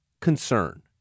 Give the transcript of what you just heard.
concern